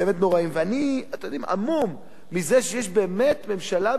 ואני המום מזה שיש ממשלה במדינת ישראל,